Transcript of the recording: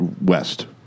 west